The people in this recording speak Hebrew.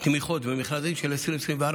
תמיכות ומכרזים של 2024,